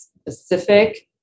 specific